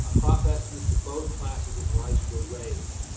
ah crop estimates for both classes of rice were raised.